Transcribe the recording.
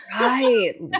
right